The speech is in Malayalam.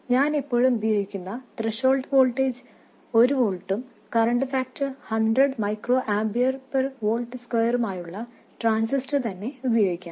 ഞാൻ എപ്പോഴും ഉപയോഗിക്കുന്ന ത്രെഷോൾഡ് വോൾട്ടേജ് 1 വോൾട്ടും current factor 100 micro ampere per volt സ്ക്വയറുമുള്ള ട്രാൻസിസ്റ്റർ തന്നെ ഉപയോഗിക്കാം